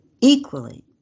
equally